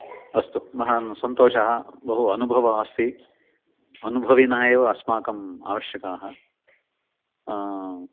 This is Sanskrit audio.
अस्तु महान् सन्तोषः बहु अनुभवः अस्ति अनुभविनः एव अस्माकम् आवश्यकाः